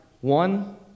one